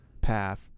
path